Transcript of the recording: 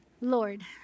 Lord